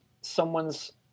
someone's